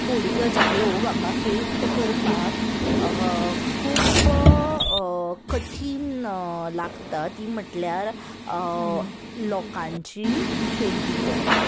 थोडी गजाल्यो म्हाका पेंट करपाक खूब कठीण लागतात ती म्हटल्यार लोकांची पेंटींग करपाक